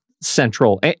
central